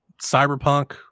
Cyberpunk